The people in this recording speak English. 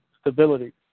stability